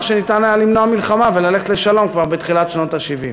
שניתן היה למנוע וללכת לשלום כבר בתחילת שנות ה-70.